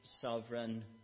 sovereign